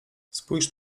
spójrz